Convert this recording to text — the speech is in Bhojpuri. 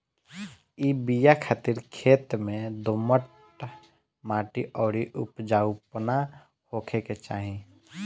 इ बिया खातिर खेत में दोमट माटी अउरी उपजाऊपना होखे के चाही